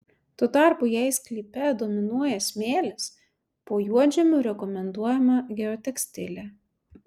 tuo tarpu jei sklype dominuoja smėlis po juodžemiu rekomenduojama geotekstilė